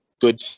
good